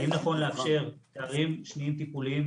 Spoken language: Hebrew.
האם נכון לאפשר תארים שניים טיפוליים